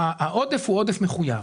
שהעודף הוא עודף מחויב.